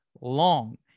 long